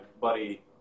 buddy